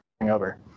over